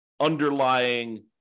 underlying